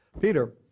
Peter